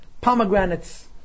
pomegranates